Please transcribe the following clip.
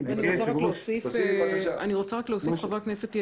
אני רוצה להוסיף, חבר הכנסת יעלון,